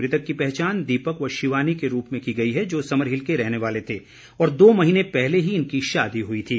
मृतक की पहचान दीपक व शिवानी के रूप में की गई है जो समरहिल के रहने वाले थे और दो महीने पहले ही इनकी शादी हुई थी